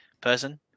person